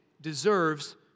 deserves